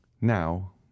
now